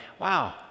wow